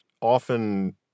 often